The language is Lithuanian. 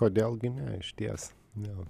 kodėl gi ne išties jo